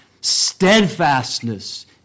steadfastness